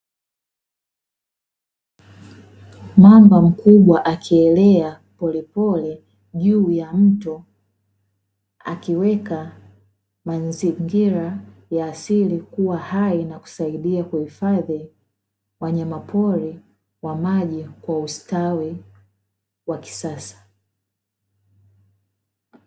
Mamba mkubwa akielea polepole juu ya mto, akiweka mazingira ya asili kuwa hai na kusaidia kuhifadhi, wanyama pori wa maji kwa ustawi wa kisasa.